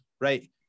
right